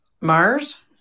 Mars